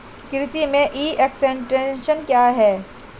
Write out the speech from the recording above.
कृषि में e extension क्या है?